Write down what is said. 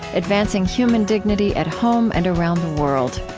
advancing human dignity at home and around world.